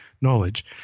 knowledge